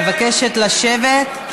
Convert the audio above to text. אני מבקשת לשבת.